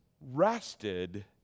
rested